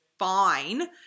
Fine